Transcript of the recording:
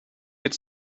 get